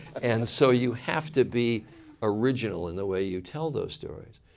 and so you have to be original in the way you tell those stories.